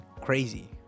crazy